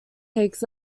takes